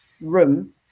room